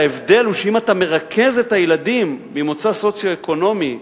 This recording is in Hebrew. ההבדל הוא שאם אתה מרכז את הילדים ממוצא סוציו-אקונומי חזק,